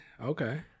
Okay